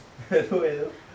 oh well